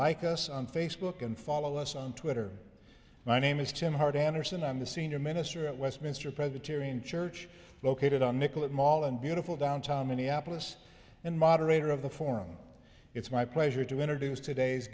like us on facebook and follow us on twitter my name is jim hard anderson i'm the senior minister at westminster presbyterian church located on nicollet mall and beautiful downtown minneapolis and moderator of the forum it's my pleasure to introduce today's